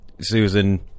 Susan